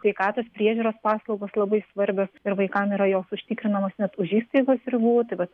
sveikatos priežiūros paslaugos labai svarbios ir vaikam yra jos užtikrinamos net už įstaigos ribų tai vat